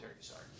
sorry